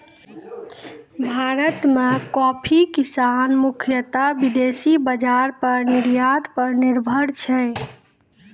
भारत मॅ कॉफी किसान मुख्यतः विदेशी बाजार पर निर्यात पर निर्भर छै